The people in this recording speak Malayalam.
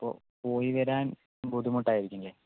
അപ്പോൾ പോയി വരാൻ ബുദ്ധിമുട്ടായിരിക്കില്ലേ